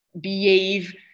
behave